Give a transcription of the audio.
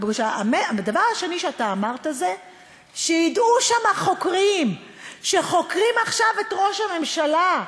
הדבר השני שאתה אמרת הוא שידעו שם החוקרים שחוקרים עכשיו את ראש הממשלה,